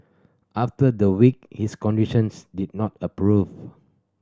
after the week his conditions did not a prove